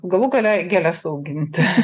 o galų gale gėles auginti